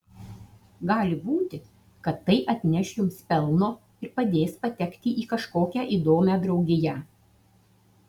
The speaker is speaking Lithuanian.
gali būti kad tai atneš jums pelno ir padės patekti į kažkokią įdomią draugiją